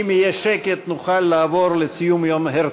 אם יהיה שקט נוכל לעבור לציון יום הרצל.